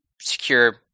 secure